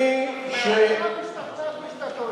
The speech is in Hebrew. עכשיו השתכנעתי שאתה טועה.